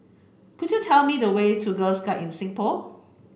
could you tell me the way to Girl Guides Singapore